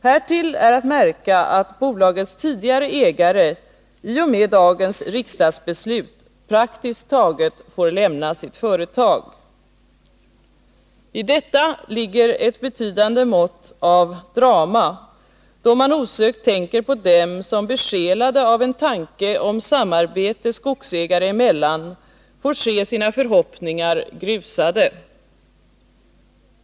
Härtill är att märka att bolagets tidigare ägare i och med dagens riksdagsbeslut praktiskt taget får lämna sitt företag. I detta ligger ett betydande mått av drama, då man osökt tänker på dem som, besjälade av en tanke om samarbete skogsägare emellan, får se sina förhoppningar grusade.